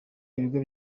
ibigo